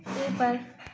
اوپر